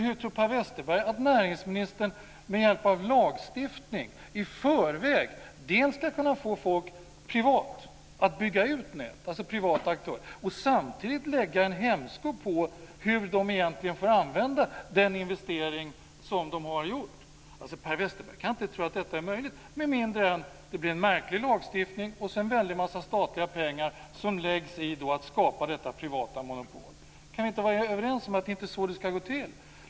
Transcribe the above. Hur tror Per Westerberg att näringsministern med hjälp av lagstiftning i förväg dels ska kunna få privata aktörer att bygga ut nät, dels lägga en hämsko på hur de egentligen får använda den investering de har gjort? Per Westerberg kan inte tro att detta är möjligt med mindre än att det blir en märklig lagstiftning och sedan en väldig massa statliga pengar som läggs i att skapa detta privata monopol. Kan vi inte vara överens om att det inte är så det ska gå till?